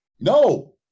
No